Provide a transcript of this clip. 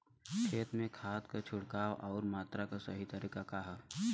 खेत में खाद क छिड़काव अउर मात्रा क सही तरीका का ह?